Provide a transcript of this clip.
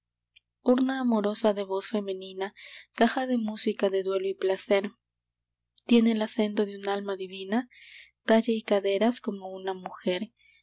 urna amorosa de voz femenina caja de música de duelo y placer tiene el acento de un alma divina talle y caderas como una mujer